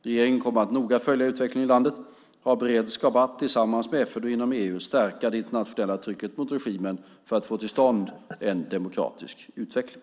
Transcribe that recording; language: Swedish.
Regeringen kommer att noga följa utvecklingen i landet och har beredskap för att, tillsammans med FN och inom EU, stärka det internationella trycket mot regimen för att få till stånd en demokratisk utveckling.